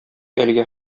әлегә